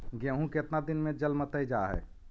गेहूं केतना दिन में जलमतइ जा है?